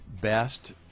best